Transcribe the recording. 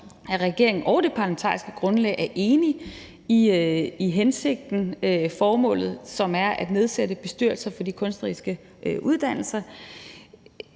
at regeringen og det parlamentariske grundlag er enige i hensigten, i formålet, som er at nedsætte bestyrelser for de kunstneriske uddannelser.